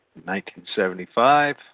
1975